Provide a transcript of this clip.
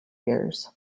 years